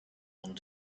wanted